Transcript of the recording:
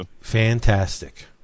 fantastic